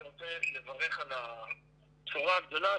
אני רוצה לברך על הבשורה הגדולה,